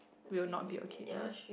will not be okay